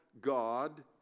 God